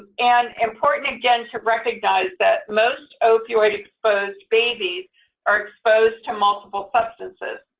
and important, again, to recognize that most opioid-exposed babies are exposed to multiple substances.